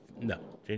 No